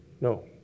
No